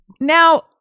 Now